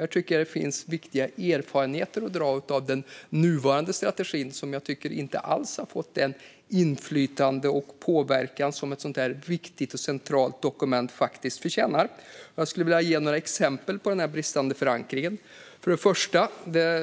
Jag tycker att det finns viktiga erfarenheter att dra av den nuvarande strategin, som enligt mig inte alls har fått det inflytande och den påverkan som ett viktigt och centralt dokument förtjänar. Jag skulle vilja ge några exempel på den bristande förankringen. För det första: